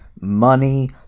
money